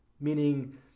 Meaning